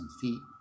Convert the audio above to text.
feet